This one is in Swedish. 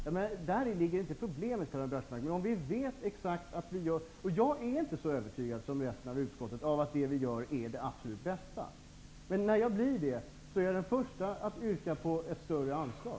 Däri ligger alltså inte problemet, Karl-Göran Biörsmark. Jag är inte så övertygad som resten av utskottet om att det som vi gör är det absolut bästa. Men när jag blir det, kommer jag att vara den första att yrka på ett större anslag.